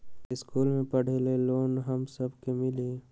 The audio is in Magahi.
इश्कुल मे पढे ले लोन हम सब के मिली?